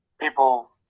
people